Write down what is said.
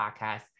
podcast